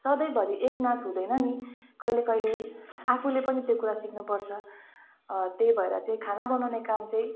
सधैँभरि एकनास हुँदैन नि कहिले कहिले आफूले पनि त्यो कुरा सिक्नुपर्छ त्यही भएर चाहिँ खाना बनाउने काम चाहिँ